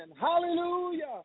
Hallelujah